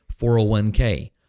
401k